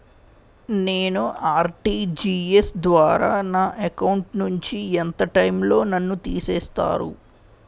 నేను ఆ.ర్టి.జి.ఎస్ ద్వారా నా అకౌంట్ నుంచి ఎంత టైం లో నన్ను తిసేస్తారు?